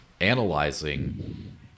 analyzing